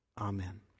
Amen